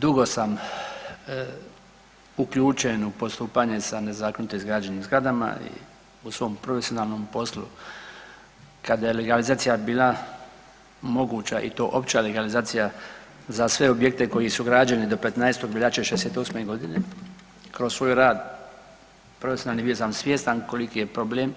Dugo sam uključen u postupanje sa nezakonito izgrađenim zgradama i u svom profesionalnom poslu kada je legalizacija bila moguća i to opća legalizacija za sve objekte koji su građeni do 15. veljače '68. godine kroz svoj rad profesionalni sam bio svjestan koliki je problem